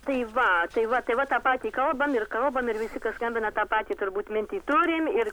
tai va tai va tai va tą patį kalbam ir kalbam ir visi kas skambina tą patį turbūt mintį turim ir